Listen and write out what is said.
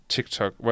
TikTok